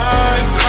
eyes